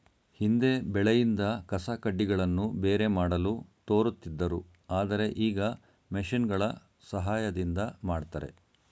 ಹಿಂದೆ ಬೆಳೆಯಿಂದ ಕಸಕಡ್ಡಿಗಳನ್ನು ಬೇರೆ ಮಾಡಲು ತೋರುತ್ತಿದ್ದರು ಆದರೆ ಈಗ ಮಿಷಿನ್ಗಳ ಸಹಾಯದಿಂದ ಮಾಡ್ತರೆ